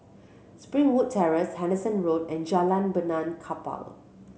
Springwood Terrace Henderson Road and Jalan Benaan Kapal